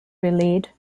relayed